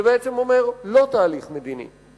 זה בעצם אומר, לא תהליך מדיני.